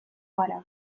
gara